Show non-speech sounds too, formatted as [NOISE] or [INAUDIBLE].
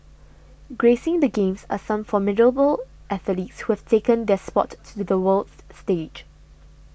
gracing the Games are some formidable athletes who have taken their sport to the world [NOISE] stage